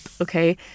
Okay